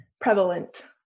prevalent